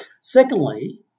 Secondly